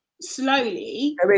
slowly